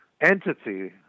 entity